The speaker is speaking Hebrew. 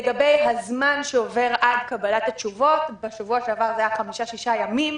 לגבי הזמן שעובר עד קבלת התשובות בשבוע שעבר זה היה חמישה-שישה ימים.